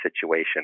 situation